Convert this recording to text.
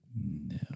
No